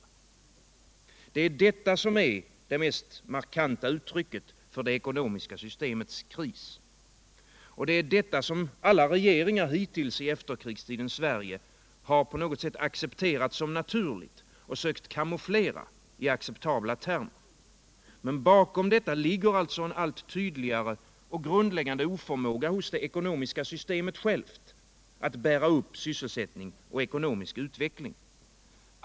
Det är detta som är det mest markanta uttrycket för det ekonomiska systemets kris. Det är detta som alla regeringar hittills i efterkrigstidens Sverige har på något sätt accepterat som naturligt och sökt kamouflera i acceptabla termer. Men bakom detta ligger alltså en allt tydligare och grundläggande oförmåga hos det ekonomiska systemet självt att bära upp sysselsättning och ekonomisk utveckling.